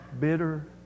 bitter